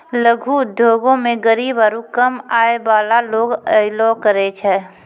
लघु उद्योगो मे गरीब आरु कम आय बाला लोग अयलो करे छै